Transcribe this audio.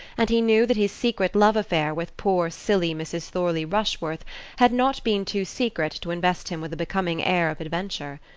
and he knew that his secret love-affair with poor silly mrs. thorley rushworth had not been too secret to invest him with a becoming air of adventure.